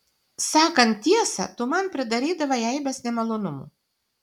sakant tiesą tu man pridarydavai aibes nemalonumų